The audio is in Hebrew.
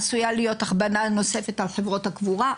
עשויה להיות הכבדה נוספת על חברות הקבורה,